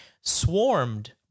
swarmed